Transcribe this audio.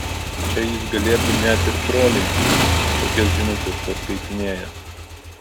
čia jis galėtų net ir trolinti tokias žinutes paskaitinėjęs